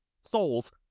souls